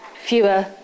fewer